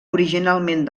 originalment